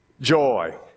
joy